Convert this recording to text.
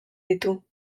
ditu